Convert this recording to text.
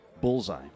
Bullseye